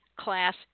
class